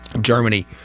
Germany